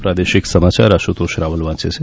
પ્રાદેશિક સમાચાર આશુતોષ રાવલ વાંચે છે